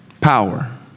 power